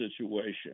situation